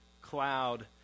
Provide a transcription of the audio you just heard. cloud